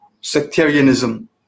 sectarianism